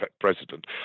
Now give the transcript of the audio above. president